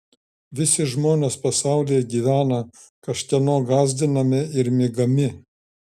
visi žmonės pasaulyje gyvena kažkieno gąsdinami ir mygami